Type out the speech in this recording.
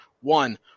One